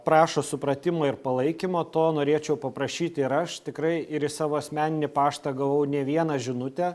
prašo supratimo ir palaikymo to norėčiau paprašyti ir aš tikrai ir į savo asmeninį paštą gavau ne vieną žinutę